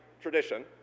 tradition